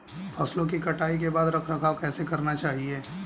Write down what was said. फसलों की कटाई के बाद रख रखाव कैसे करना चाहिये?